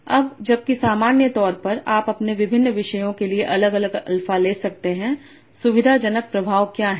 अब जबकि सामान्य तौर पर आप अपने विभिन्न विषयों के लिए अलग अलग अल्फ़ा ले सकते हैं सुविधाजनक प्रभाव क्या है